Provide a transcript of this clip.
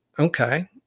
Okay